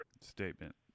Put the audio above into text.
statement